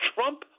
Trump